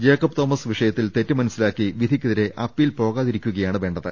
Jacob Thomas വിഷയത്തിൽ തെറ്റ് മനസ്സിലാക്കി വിധിക്കെതിരെ അപ്പീൽ പോകാതിരിക്കുക യാണ് വേണ്ടത്